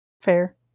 Fair